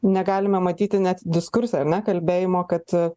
negalime matyti net diskurse ar ne kalbėjimo kad